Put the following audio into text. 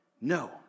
No